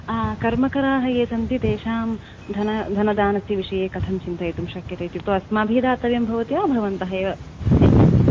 कर्मकराः ये सन्ति तेषां धन धनदानस्य विषये कथं चिन्तयितुं शक्यते इत्युक्तौ अस्माभिः दातव्यं भवति वा भवन्तः एव यच्छन्ति